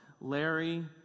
Larry